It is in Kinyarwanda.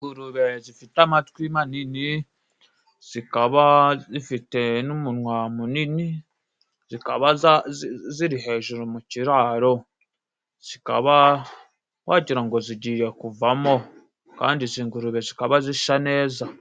Ingurube zifite amatwi manini，zikaba zifite n'umunwa munini，zikaba ziri hejuru mu kiraro，zikaba wagirango ngo zigiye kuvamo， kandi izi ngurube zikaba zisa neza.